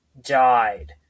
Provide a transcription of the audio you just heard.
died